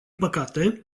păcate